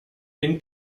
den